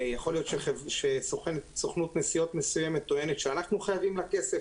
יכול להיות שסוכנות נסיעות מסוימת טוענת שאנחנו חייבים לה כסף,